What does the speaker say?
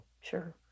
Sure